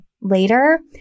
later